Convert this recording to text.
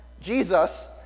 Jesus